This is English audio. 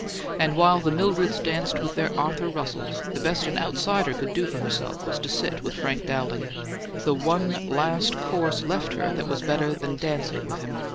and while the mildreds danced with their arthur russells the best an outsider could do for herself was to sit with frank dowling the one last course left her that was better than dancing with him.